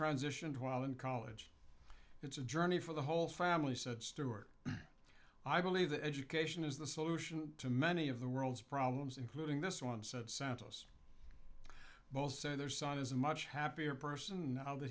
transitioned while in college it's a journey for the whole family said stuart i believe that education is the solution to many of the world's problems including this one said santos both say their son is a much happier person now th